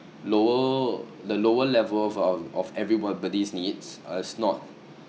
lower the lower level of of everyo~ body's needs uh is not